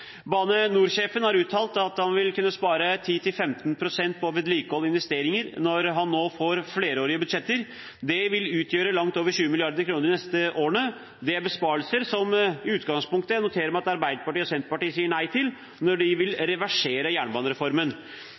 Bane NOR-sjefen har uttalt at han vil kunne spare 10–15 pst. på vedlikehold og investeringer når han nå får flerårige budsjetter. Det vil utgjøre langt over 20 mrd. kr de neste årene. Det er besparelser som jeg noterer meg at Arbeiderpartiet og Senterpartiet i utgangspunktet sier nei til, når de vil reversere jernbanereformen.